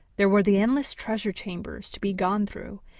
there were the endless treasure chambers to be gone through,